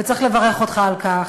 וצריך לברך אותך על כך.